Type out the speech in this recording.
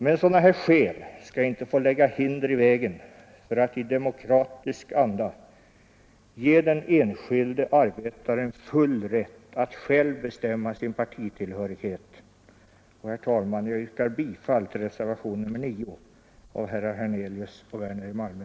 Men sådana här skäl skall inte få lägga hinder i vägen för att i demokratisk anda ge den enskilde arbetaren full rätt att själv bestämma sin partitillhörighet. Herr talman! Jag yrkar bifall till reservationen 9 av herrar Hernelius och Werner i Malmö.